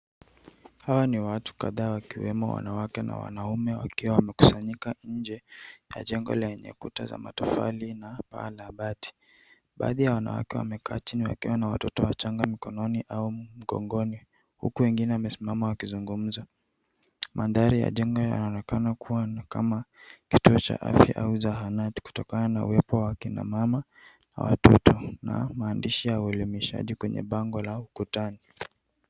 Hawa ni watu kadhaa wakiwemo wanawake na wanaume wakiwa wamekusanyika nje ya jengo lenye kuta za matofali na paa la bati. Baadhi ya wanawake wamekaa chini wakiwa na watoto wachanga mkononi au mgogoni huku wengine wamesimama wakizungumza. Mandhari ya jengo yanaonekana kuwa kama kituo cha afya au zahanati kutokana na uwepo wa kina mama na watoto na maandishi ya uelimishaji kwenye bango la ukutani.